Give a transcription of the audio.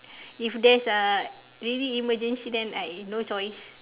if there is a really emergency then I no choice